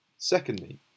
Secondly